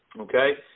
Okay